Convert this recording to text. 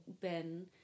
Ben